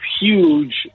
huge